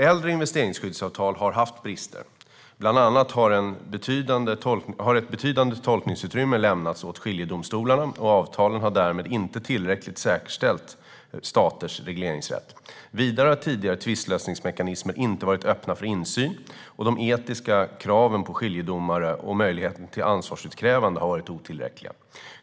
Äldre investeringsskyddsavtal har haft brister. Bland annat har ett betydande tolkningsutrymme lämnats åt skiljedomstolarna, och avtalen har därmed inte tillräckligt säkerställt staters regleringsrätt. Vidare har tidigare tvistlösningsmekanismer inte varit öppna för insyn, och de etiska kraven för skiljedomare och möjligheten till ansvarsutkrävande har varit otillräckliga.